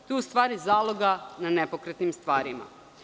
To je u stvari zaloga na nepokretnim stvarima.